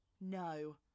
no